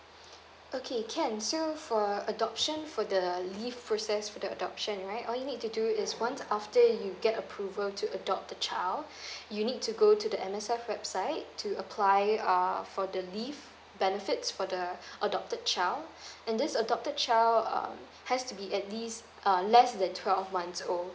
okay can so for adoption for the leave process with the adoption right all you need to do is once after you get approval to adopt the child you need to go to the M_S_F website to apply uh for the leave benefits for the adopted child and this adopted child um has to be at least um less than twelve months old